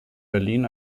berlin